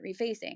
refacing